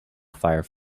fire